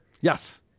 Yes